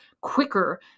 quicker